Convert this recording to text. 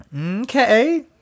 Okay